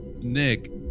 Nick